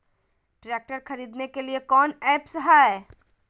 Tractor खरीदने के लिए कौन ऐप्स हाय?